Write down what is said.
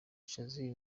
shassir